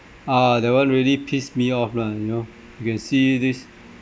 ah that one really pissed me off lah you know you can see this